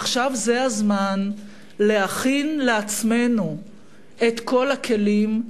עכשיו הזמן להכין לעצמנו את כל הכלים,